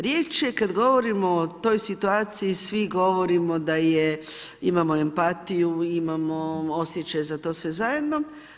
Riječ je govorimo o toj situaciji, svi govorimo da imamo empatiju, imamo osjećaj za to sve zajedno.